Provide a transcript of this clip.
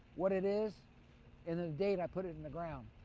what it is and the date i put it in the ground.